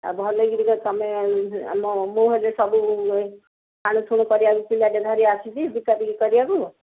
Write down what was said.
ଆଉ ଭଲକିରି ତ ତୁମେ ଆମ ମୁଁ ହେଲେ ସବୁ ଛାଣିଛୁଣି କରିବାକୁ ପିଲାଟେ ଧରି ଆସିଛି ବିକାବିକି କରିବାକୁ